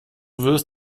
wirst